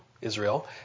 Israel